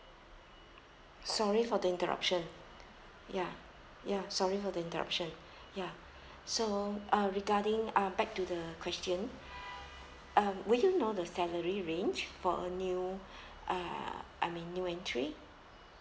sorry for the interruption ya ya sorry for the interruption ya so uh regarding uh back to the question um would you know the salary range for a new uh I mean new entry